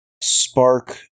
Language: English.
spark